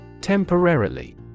Temporarily